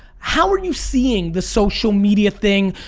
how are you seeing the social media thing?